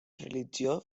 religió